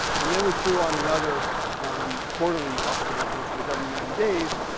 and then we threw on another quarterly update, which was every ninety days.